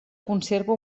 conserva